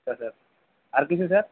আচ্ছা স্যার আর কিছু স্যার